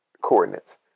coordinates